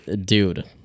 dude